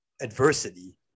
adversity